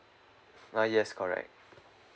ah yes correct